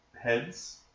heads